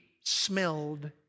smelled